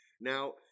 Now